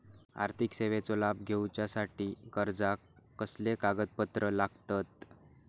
आर्थिक सेवेचो लाभ घेवच्यासाठी अर्जाक कसले कागदपत्र लागतत?